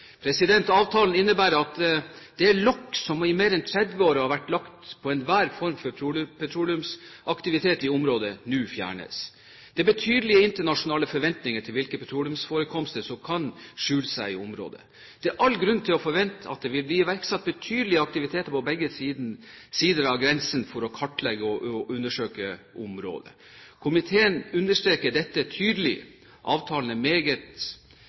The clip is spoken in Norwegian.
Avtalen innebærer at det lokk som i mer enn 30 år har vært lagt på enhver form for petroleumsaktivitet i området, nå fjernes. Det er betydelige internasjonale forventninger til hvilke petroleumsforekomster som kan skjule seg i området. Det er all grunn til å forvente at det vil bli iverksatt betydelige aktiviteter på begge sider av grensen for å kartlegge og undersøke området. Komiteen understreker dette tydelig. Avtalen er videre meget